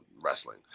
wrestling